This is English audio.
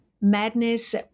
madness